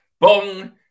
Bong